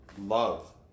Love